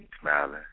smiling